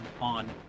on